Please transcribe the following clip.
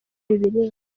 bibiliya